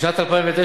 בשנת 2009,